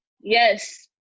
Yes